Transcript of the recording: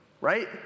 right